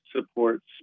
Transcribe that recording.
supports